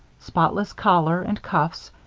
spotless collar and cuffs,